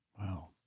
Wow